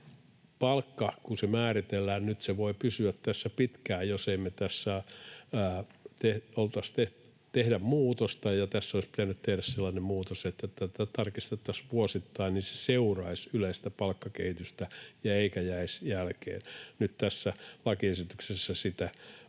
palkka, kun se määritellään nyt, voi pysyä tässä pitkään, jos me ei tässä tehdä muutosta. Ja tässä olisi pitänyt tehdä sellainen muutos, että tätä tarkistettaisiin vuosittain, niin että se seuraisi yleistä palkkakehitystä eikä jäisi jälkeen. Nyt tässä lakiesityksessä sitä asiaa